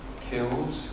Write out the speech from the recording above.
killed